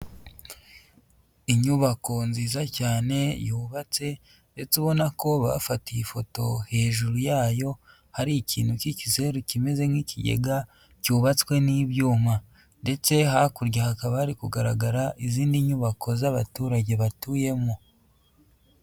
Inyubako nziza cyane yubatse ndetse ubona ko bafatiye ifoto hejuru yayo hari ikintu cy'igizeru kimeze nk'ikigega cyubatswe n'ibyuma ndetse hakurya hakaba hari kugaragara izindi nyubako z'abaturage batuyemo.